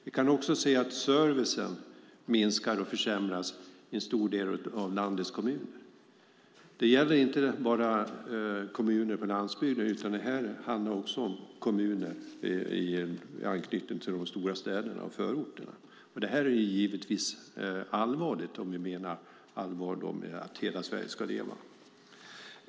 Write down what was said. Vi kan också se att servicen minskar och försämras i en stor del av landets kommuner. Det gäller inte bara kommuner på landsbygden utan det handlar också om kommuner i anknytning till de stora städerna och förorterna. Det är givetvis allvarligt om vi menar allvar med att hela Sverige ska leva.